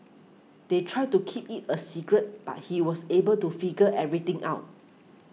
they tried to keep it a secret but he was able to figure everything out